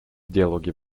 диалоге